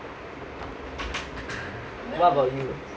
what about you